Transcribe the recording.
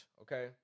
Okay